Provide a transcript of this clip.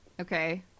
Okay